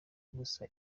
gusa